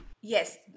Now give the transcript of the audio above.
Yes